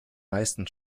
meisten